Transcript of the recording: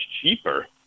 cheaper